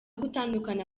gutandukana